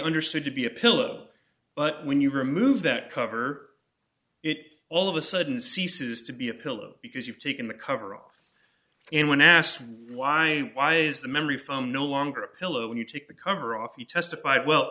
understood to be a pillow but when you remove that cover it all of a sudden ceases to be a pillow because you've taken the cover off and when asked why why is the memory foam no longer a pillow when you take the cover off you testify well